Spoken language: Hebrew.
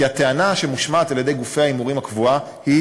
כי הטענה הקבועה שמושמעת על-ידי גופי ההימורים היא: